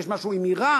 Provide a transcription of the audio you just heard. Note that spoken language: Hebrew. יש משהו עם אירן,